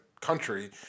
country